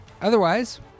Otherwise